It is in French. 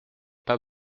pas